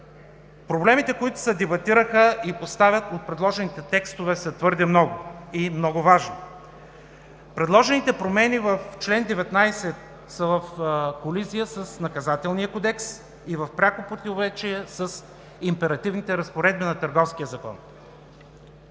Проблемите, които се дебатираха и поставят в предложените текстове, са твърде много и много важни. Предложените промени в чл. 19 са в колизия с Наказателния кодекс и в пряко противоречие с императивните разпоредби на Търговския закон.